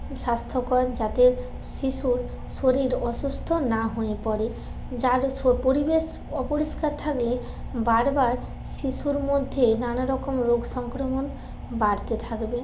স্বাস্থ্যকর যাতে শিশুর শরীর অসুস্থ না হয়ে পড়ে যার সো পরিবেশ অপরিষ্কার থাকলে বারবার শিশুর মধ্যে নানারকম রোগ সংক্রমণ বাড়তে থাকবে